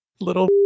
Little